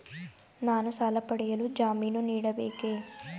ನಾನು ಸಾಲ ಪಡೆಯಲು ಜಾಮೀನು ನೀಡಬೇಕೇ?